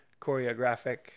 choreographic